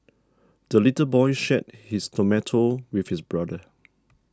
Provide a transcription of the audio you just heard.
the little boy shared his tomato with his brother